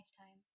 lifetime